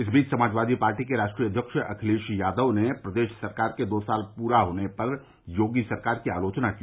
इस बीच समाजवादी पार्टी के राष्ट्रीय अध्यक्ष अखिलेश यादव ने प्रदेश सरकार के दो साल पूरा होने पर योगी सरकार की आलोचना की